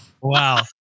Wow